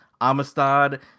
Amistad